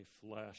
flesh